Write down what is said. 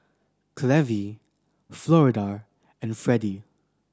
Clevie Florida and Fredie